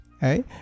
hey